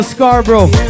Scarborough